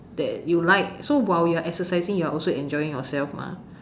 that you like so while you're exercising you're also enjoying yourself mah